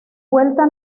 vuelta